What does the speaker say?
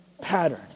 pattern